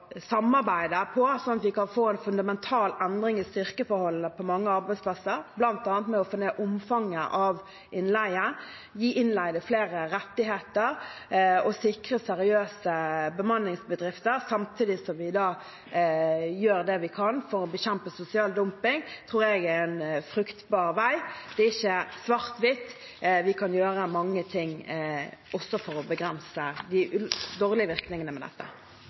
vi kan få en fundamental endring i styrkeforholdet på mange arbeidsplasser, bl.a. ved å få ned omfanget av innleie, gi innleide flere rettigheter og sikre seriøse bemanningsbedrifter – samtidig som vi gjør det vi kan for å bekjempe sosial dumping. Det tror jeg er en fruktbar vei. Det er ikke svart-hvitt. Vi kan gjøre mange ting for å begrense de dårlige virkningene. Dette